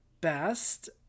best